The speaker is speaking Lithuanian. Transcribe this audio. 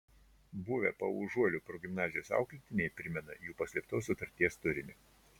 buvę paužuolių progimnazijos auklėtiniai primena jų paslėptos sutarties turinį